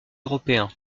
européen